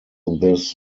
this